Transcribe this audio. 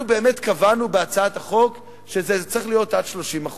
אנחנו קבענו בהצעת החוק שזה צריך להיות עד 30%,